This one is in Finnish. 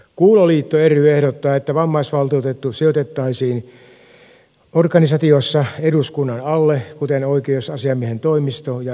kuuloliitto ry ehdottaa että vammaisvaltuutettu sijoitettaisiin organisaatiossa eduskunnan alle kuten oikeusasiamiehen toimisto ja ihmisoikeuskeskus